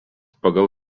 pagal